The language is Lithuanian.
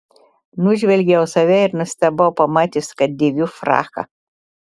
nužvelgiau save ir nustebau pamatęs kad dėviu fraką